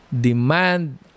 Demand